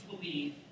believe